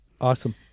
Awesome